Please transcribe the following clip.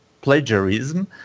plagiarism